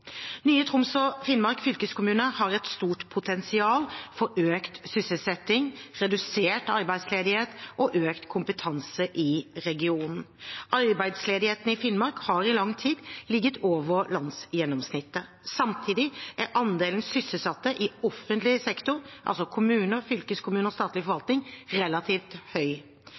Nye Troms og Finnmark fylkeskommune har et stort potensial for økt sysselsetting, redusert arbeidsledighet og økt kompetanse i regionen. Arbeidsledigheten i Finnmark har i lang tid ligget over landsgjennomsnittet. Samtidig er andelen sysselsatte i offentlig sektor, altså kommuner, fylkeskommune og statlig forvaltning, relativt høy.